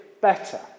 better